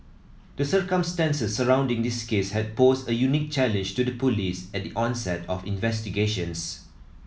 the circumstances surrounding this case had posed a unique challenge to the Police at the onset of investigations